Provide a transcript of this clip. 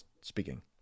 speaking